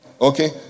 okay